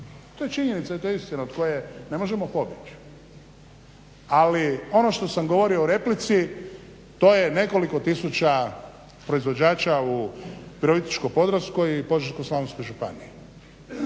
To je činjenica i to je istina od koje ne možemo pobjeći. Ali ono što sam govorio u replici to je nekoliko tisuća proizvođača u Virovitičko-podravskoj i Požeško-slavonskoj županiji.